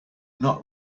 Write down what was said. not